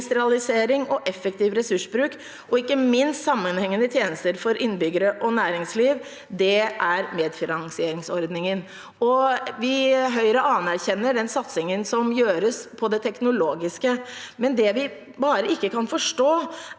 effektiv ressursbruk og ikke minst sammenhengende tjenester for innbyggere og næringsliv, er medfinansieringsordningen. Vi i Høyre anerkjenner den satsingen som gjøres på det teknologiske, men det vi bare ikke kan forstå,